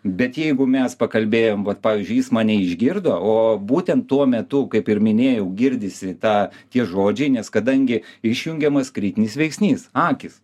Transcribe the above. bet jeigu mes pakalbėjom vat pavyzdžiui jis mane išgirdo o būtent tuo metu kaip ir minėjau girdisi ta tie žodžiai nes kadangi išjungiamas kritinis veiksnys akys